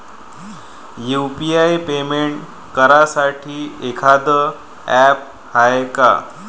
UPI payment करासाठी एखांद app हाय का?